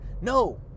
No